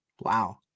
Wow